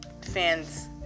fans